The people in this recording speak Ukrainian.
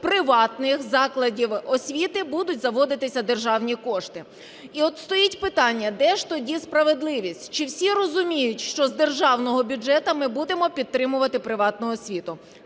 приватних закладів освіти будуть заводитися державні кошти. І от стоїть питання. Де ж тоді справедливість? Чи всі розуміють, що з державного бюджету ми будемо підтримувати приватну освіту?